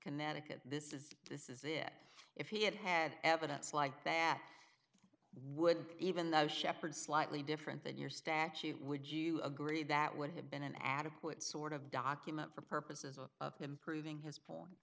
connecticut this is this is it if he had had evidence like that would even though sheppard slightly different than your statute would you agree that would have been an adequate sort of document for purposes of improving his p